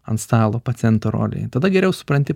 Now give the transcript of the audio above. ant stalo paciento rolėje tada geriau supranti